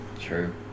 True